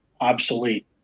obsolete